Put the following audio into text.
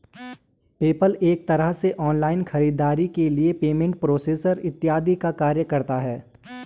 PayPal एक तरह से ऑनलाइन खरीदारी के लिए पेमेंट प्रोसेसर इत्यादि का कार्य करता है